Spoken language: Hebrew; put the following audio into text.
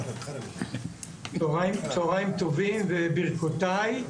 צוהריים טובים, וברכותיי.